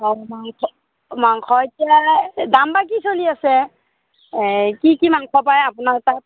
অঁ মাংস মাংস এতিয়া দাম বা কি চলি আছে কি কি মাংস পায় আপোনাৰ তাত